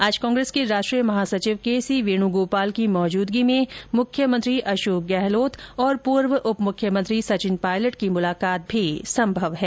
आज कांग्रेस के राष्ट्रीय महासचिव के सी वेणु गोपाल की मौजूदगी में मुख्यमंत्री अशोक गहलोत और सचिन पायलट की मुलाकात भी संभव है